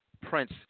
prince